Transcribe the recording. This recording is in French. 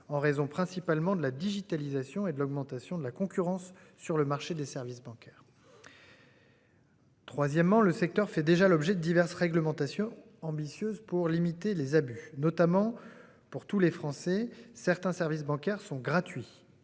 en raison principalement de la digitalisation et de l'augmentation de la concurrence sur le marché des services bancaires. Troisièmement le secteur fait déjà l'objet de diverses réglementations ambitieuse pour limiter les abus, notamment pour tous les Français. Certains services bancaires sont gratuits.